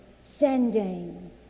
sending